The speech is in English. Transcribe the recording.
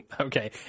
Okay